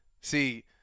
See –